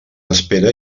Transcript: espera